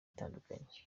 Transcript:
atandukanye